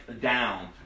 down